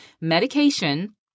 medication